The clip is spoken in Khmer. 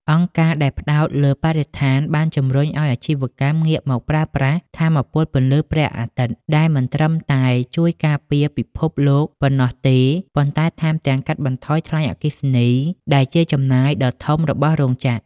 អង្គការដែលផ្ដោតលើបរិស្ថានបានជម្រុញឱ្យអាជីវកម្មងាកមកប្រើប្រាស់ថាមពលពន្លឺព្រះអាទិត្យ ដែលមិនត្រឹមតែជួយការពារពិភពលោកប៉ុណ្ណោះទេ ប៉ុន្តែថែមទាំងកាត់បន្ថយថ្លៃអគ្គិភ័យដែលជាចំណាយដ៏ធំរបស់រោងចក្រ។